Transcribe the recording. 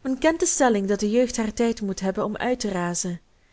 men kent de stelling dat de jeugd haar tijd moet hebben om uitterazen